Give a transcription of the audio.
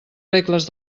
regles